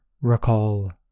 recall